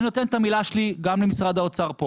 אני נותן את המילה שלי גם למשרד האוצר פה